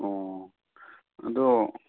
ꯑꯣ ꯑꯗꯣ